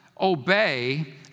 obey